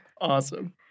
Awesome